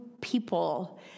people